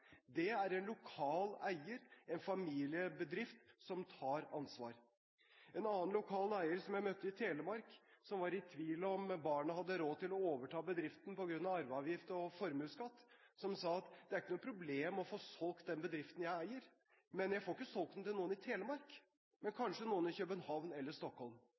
Det er en lokal eier, en familiebedrift, som tar ansvar. En annen lokal eier som jeg møtte i Telemark, og som var i tvil om barna hadde råd til å overta bedriften på grunn av arveavgift og formuesskatt, sa: Det er ikke noe problem å få solgt den bedriften jeg eier, men jeg får ikke solgt den til noen i Telemark – kanskje til noen i København eller Stockholm.